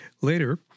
Later